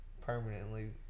permanently